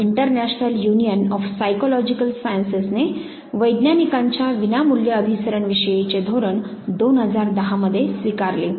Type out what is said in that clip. आणि international union of psychological सायन्सेस'ने वैज्ञानिकांच्या विनामूल्य अभिसरण विषयीचे धोरण 2010 मध्ये स्वीकारले